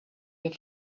your